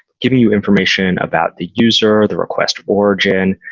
giving you information about the user, the request origin,